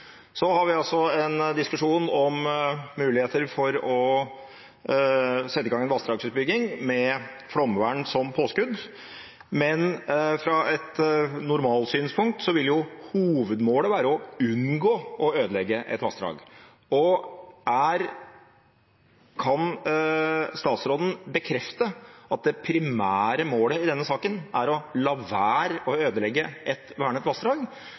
Så har vi en diskusjon om muligheter for å sette i gang en vassdragsutbygging med flomvern som påskudd, men fra et normalsynpunkt vil hovedmålet være å unngå å ødelegge et vassdrag. Kan statsråden bekrefte at det primære målet i denne saken er å la være å ødelegge et vernet vassdrag?